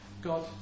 God